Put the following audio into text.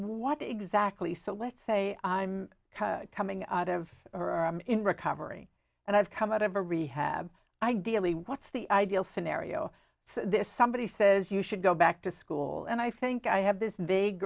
what exactly so let's say i'm coming out of or i'm in recovery and i've come out of a rehab ideally what's the ideal scenario this somebody says you should go back to school and i think i have this